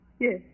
Yes